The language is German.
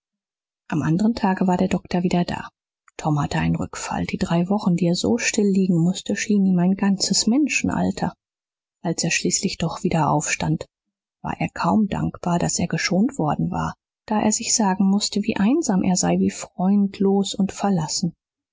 am anderen tage war der doktor wieder da tom hatte einen rückfall die drei wochen die er so still liegen mußte schienen ihm ein ganzes menschenalter als er schließlich doch wieder aufstand war er kaum dankbar daß er geschont worden war da er sich sagen mußte wie einsam er sei wie freundlos und verlassen